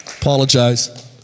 Apologize